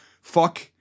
fuck